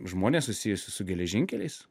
žmones susijusius su geležinkeliais